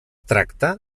tracta